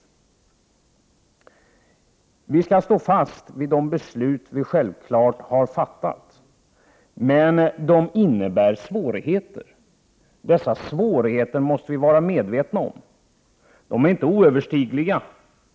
Vi skall självfallet stå fast vid de beslut som vi har fattat, men de innebär svårigheter. Dessa svårigheter måste vi vara medvetna om. De är inte oöverstigliga.